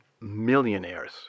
millionaires